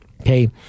Okay